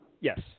Yes